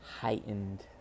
heightened